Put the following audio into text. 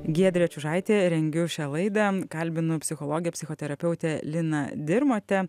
giedrė čiužaitė rengiu šią laidą kalbinu psichologė psichoterapeutė lina dirmotė